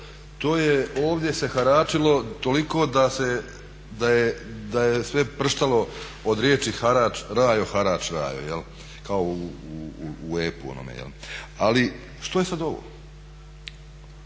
to je ovdje se haračilo toliko da je sve prštalo od riječi harač, rajo harač rajo kao u epu onome. Ali što je sad ovo?